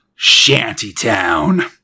Shantytown